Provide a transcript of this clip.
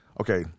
okay